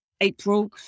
April